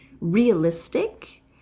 realistic